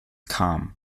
kam